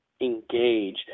engage